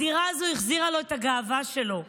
הדירה הזאת החזירה לו את הגאווה שלו,